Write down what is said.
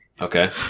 Okay